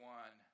one